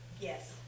yes